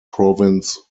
province